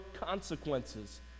consequences